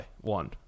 one